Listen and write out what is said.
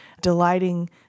delighting